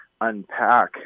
unpack